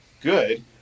good